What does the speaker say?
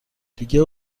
دیگه